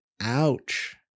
Ouch